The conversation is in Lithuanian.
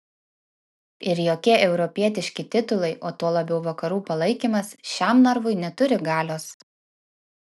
ir jokie europietiški titulai o tuo labiau vakarų palaikymas šiam narvui neturi galios